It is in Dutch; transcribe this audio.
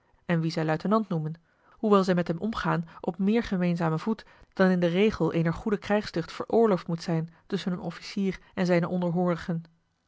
en wien zij luitenant noemen hoewel zij met hem omgaan op meer gemeenzamen voet dan in den regel eener goede krijgstucht veroorloofd moet zijn tusschen een officier en zijne